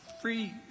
free